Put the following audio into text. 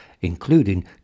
including